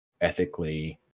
ethically